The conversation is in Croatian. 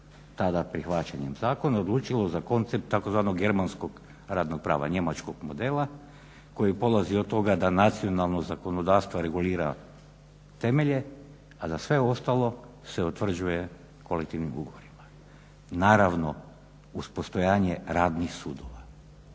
tada prihvaćanjem zakona odlučilo za koncept tzv. "germanskog radnog prava", njemačkog modela koji polazi od toga da nacionalno zakonodavstvo regulira temelje, a da sve ostalo se utvrđuje kolektivnim ugovorima. Naravno uz postojanje Radnih sudova,